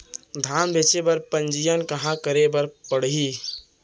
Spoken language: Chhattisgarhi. धान बेचे बर पंजीयन कहाँ करे बर पड़ही?